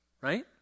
right